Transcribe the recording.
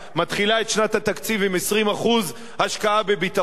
מתחילה את שנת התקציב עם 20% השקעה בביטחון,